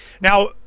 Now